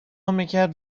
میکرد